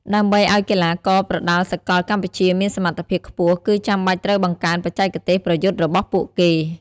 ដើម្បីឲ្យកីឡាករប្រដាល់សកលកម្ពុជាមានសមត្ថភាពខ្ពស់ គឺចាំបាច់ត្រូវបង្កើនបច្ចេកទេសប្រយុទ្ធរបស់ពួកគេ។